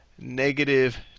negative